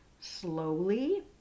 slowly